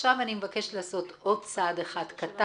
עכשיו אני מבקשת לעשות עוד צעד אחד קטן,